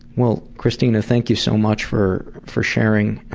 well, christina, thank you so much for for sharing